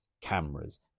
cameras